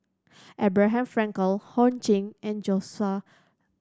Abraham Frankel Ho Ching and Joshua